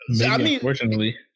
Unfortunately